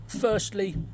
Firstly